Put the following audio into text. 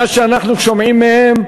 מה שאנחנו שומעים מהם,